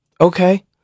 Okay